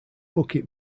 bucket